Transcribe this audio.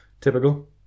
Typical